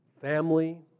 family